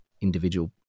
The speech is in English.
individual